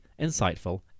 insightful